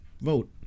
vote